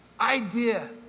idea